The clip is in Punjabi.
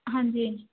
ਹਾਂਜੀ